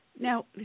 Now